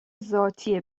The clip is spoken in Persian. ذاتی